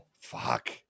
Fuck